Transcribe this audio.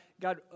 God